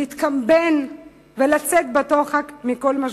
להתקמבן ולצאת בדוחק מכל משבר.